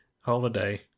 holiday